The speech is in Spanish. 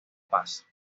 paz